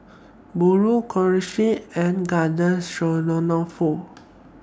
Burrito Kushikatsu and Garden